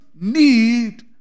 need